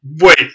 wait